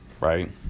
Right